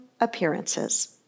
appearances